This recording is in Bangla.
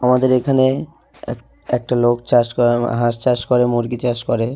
আমাদের এখানে এক একটা লোক চাষ করে হাঁস চাষ করে মুরগি চাষ করে